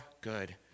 good